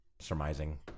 surmising